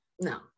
No